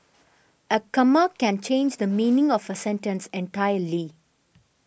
a comma can change the meaning of a sentence entirely